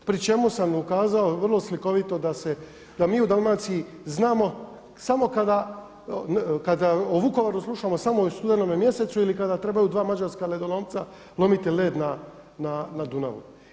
Pri čemu sa ukazao vrlo slikovito da se, da mi u Dalmaciji znamo samo kada o Vukovaru slušamo samo u studenome mjesecu ili kada trebaju dva mađarska ledolomca lomiti led na Dunavu.